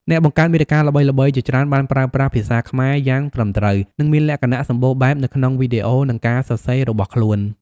អ្នកបង្កើតមាតិកាល្បីៗជាច្រើនបានប្រើប្រាស់ភាសាខ្មែរយ៉ាងត្រឹមត្រូវ និងមានលក្ខណៈសម្បូរបែបនៅក្នុងវីដេអូ និងការសរសេររបស់ខ្លួន។